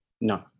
No